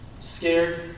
scared